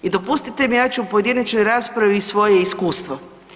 I dopustite mi, ja ću u pojedinačnoj raspravi svoje iskustvo.